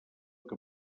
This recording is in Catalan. que